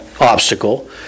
obstacle